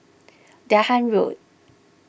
Dahan Road